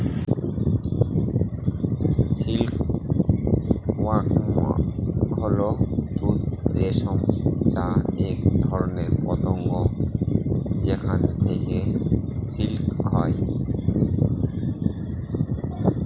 silk worm হল তুঁত রেশম যা এক ধরনের পতঙ্গ যেখান থেকে সিল্ক হয়